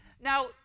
Now